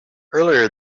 earlier